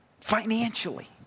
financially